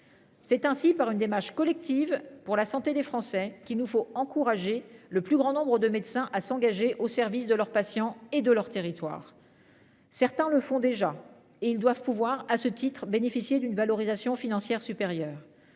C'est ainsi par une démarche collective pour la santé des Français qu'il nous faut encourager le plus grand nombre de médecins à s'engager au service de leurs patients et de leur territoire. Certains le font déjà et ils doivent pouvoir à ce titre-bénéficier d'une valorisation financière supérieure